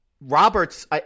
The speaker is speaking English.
Roberts